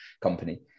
company